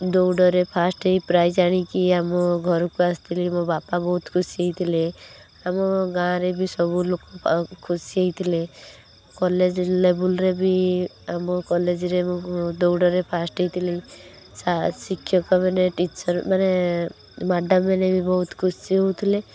ଦୌଡ଼ରେ ଫାଷ୍ଟ ହେଇ ପ୍ରାଇଜ୍ ଆଣିକି ଆମ ଘରକୁ ଆସିଥିଲି ମୋ ବାପା ବହୁତ ଖୁସି ହେଇଥିଲେ ଆମ ଗାଁରେ ବି ସବୁଲୋକ ଖୁସି ହେଇଥିଲେ କଲେଜ ଲେବୁଲ୍ରେ ବି ଆମ କଲେଜରେ ମୁଁ ଦୌଡ଼ରେ ଫାଷ୍ଟ ହେଇଥିଲି ଶିକ୍ଷକ ମାନେ ଟିଚର୍ ମାନେ ମ୍ୟାଡ଼ାମ୍ ମାନେ ବି ବହୁତ ଖୁସି ହେଉଥିଲେ